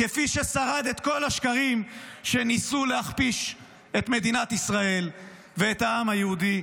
כפי ששרד את כל השקרים שניסו להכפיש את מדינת ישראל ואת העם היהודי.